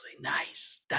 nice